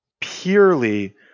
purely